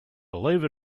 believe